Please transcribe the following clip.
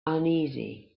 uneasy